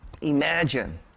Imagine